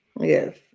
Yes